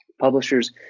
Publishers